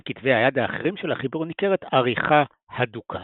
בין כתבי היד האחרים של החיבור ניכרת עריכה הדוקה,